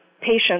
patients